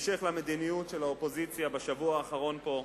המשך למדיניות של האופוזיציה בשבוע האחרון פה.